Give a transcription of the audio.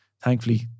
thankfully